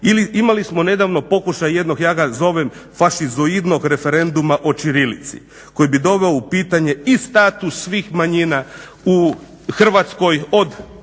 imali smo nedavno pokušaj jednog, ja ga zovem fašizoidnog referenduma o ćirilici koji bi doveo u pitanje i status svih manjina u Hrvatskoj, od